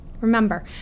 Remember